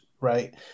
right